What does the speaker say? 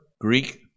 Greek